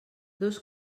dos